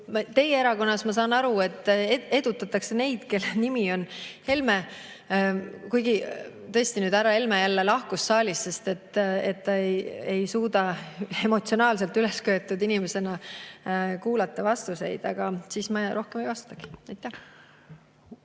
Teie erakonnas, ma saan aru, edutatakse neid, kelle nimi on Helme. Tõesti, nüüd härra Helme jälle lahkus saalist, sest ta ei suuda emotsionaalselt ülesköetud inimesena vastuseid kuulata. Aga siis ma rohkem ei vastagi.